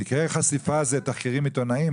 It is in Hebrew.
תיקי חשיפה זה תחקירים עיתונאים?